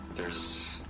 there's.